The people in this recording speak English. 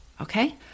Okay